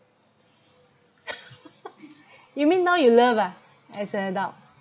you mean now you love ah as an adult